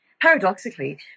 paradoxically